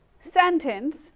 sentence